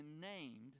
named